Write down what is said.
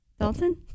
Dalton